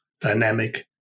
dynamic